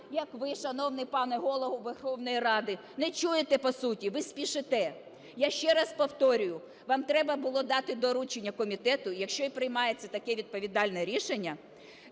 як ви, шановний пане Голово Верховної Ради, не чуєте по суті, ви спішите. Я ще раз повторюю, вам треба було дати доручення комітету, якщо і приймається таке відповідальне рішення,